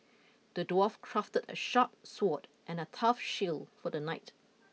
the dwarf crafted a sharp sword and a tough shield for the knight